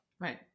Right